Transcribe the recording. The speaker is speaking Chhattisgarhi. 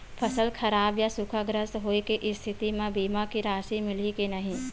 फसल खराब या सूखाग्रस्त होय के स्थिति म बीमा के राशि मिलही के नही?